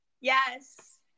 Yes